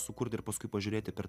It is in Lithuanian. sukurt ir paskui pažiūrėti per